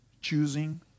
choosing